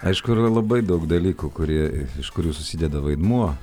aišku yra labai daug dalykų kurie iš kurių susideda vaidmuo